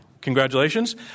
Congratulations